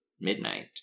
midnight